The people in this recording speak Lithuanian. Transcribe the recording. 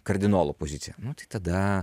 kardinolo poziciją nu tai tada